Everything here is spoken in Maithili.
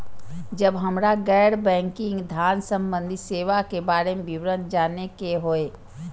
जब हमरा गैर बैंकिंग धान संबंधी सेवा के बारे में विवरण जानय के होय?